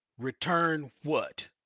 return what?